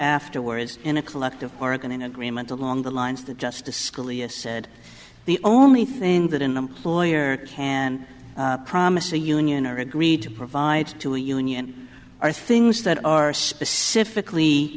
afterwards in a collective bargaining agreement along the lines that justice scalia said the only thing that an employer and a promise a union are agreed to provide to a union are things that are specifically